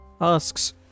Asks